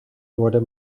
worden